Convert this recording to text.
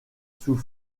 sous